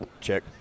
check